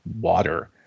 water